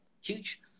huge